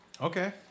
Okay